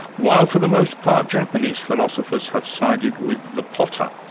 while for the most part japanese philosophers have studied with the potter.